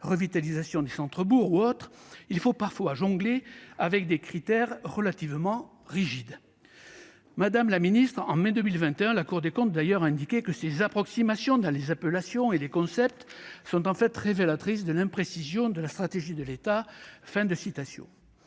Revitalisation des centres-bourgs ou autre, il faut parfois jongler avec des critères relativement rigides. Madame la ministre, au mois de mai 2021, la Cour des comptes indiquait que « ces approximations dans les appellations et les concepts [étaient] en fait révélatrices de l'imprécision de la stratégie de l'État ». En voulant